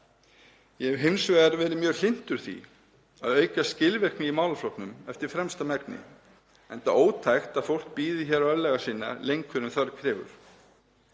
Ég hef hins vegar verið mjög hlynntur því að auka skilvirkni í málaflokknum eftir fremsta megni enda ótækt að fólk bíði örlaga sinna lengur en þörf krefur.